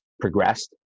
progressed